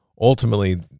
Ultimately